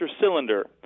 cylinder